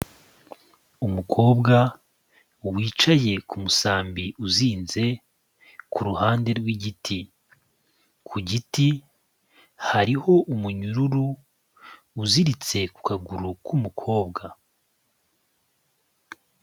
Umukobwa wicaye ku musambi uzinze ku ruhande rw'igiti, ku giti hariho umunyururu uziritse ku kaguru k'umukobwa.